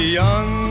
young